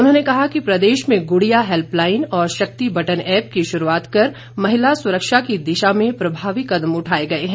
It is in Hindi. उन्होंने कहा कि प्रदेश में गुड़िया हैल्पलाईन और शक्ति बटन ऐप की शुरूआत कर महिला सुरक्षा की दिशा में प्रभावी कदम उठाए गए हैं